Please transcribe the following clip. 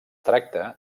tracta